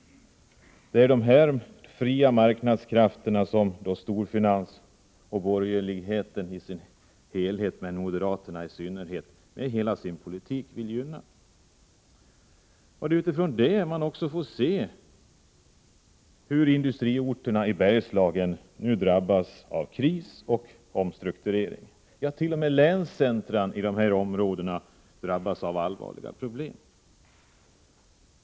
Det är de här fria marknadskrafterna som storfinansen och borgerligheten i dess helhet, men moderaterna i synnerhet, med hela sin politik vill gynna. Det är från den utgångspunkten man får se hur industriorterna i Bergslagen nu drabbas av kris och omstrukturering. T. o. m. länscentra i de här områdena drabbas av allvarliga problem.